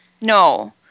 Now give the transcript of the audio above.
No